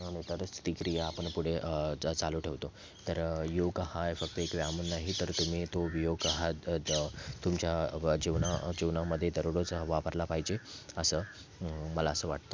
आणि तरच ती क्रिया आपण पुढे च चालू ठेवतो तर योग हा फक्त इकडे व्यायाम नाही तर तुम्ही तो योग हा द द तुमच्या व जीवना जीवनामध्ये दररोज वापरला पाहिजे असं मला असं वाटतं